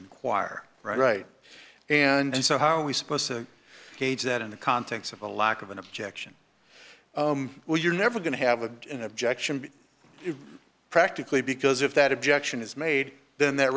inquire right and so how are we supposed to gauge that in the context of a lack of an objection well you're never going to have a in objection practically because if that objection is made then that